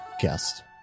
guest